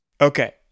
Okay